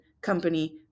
company